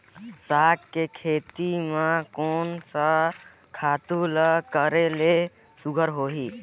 साग के खेती म कोन स खातु ल करेले सुघ्घर होही?